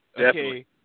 Okay